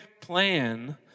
plan